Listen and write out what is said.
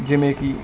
ਜਿਵੇਂ ਕਿ